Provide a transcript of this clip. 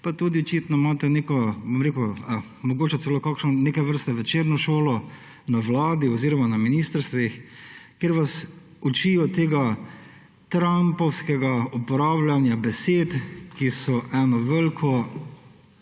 pa tudi očitno imate neko, bom rekel, mogoče celo neke vrste večerno šolo na vladi oziroma na ministrstvih, kjer vas učijo tega trumpovskega uporabljanja besed, ki so eno veliko,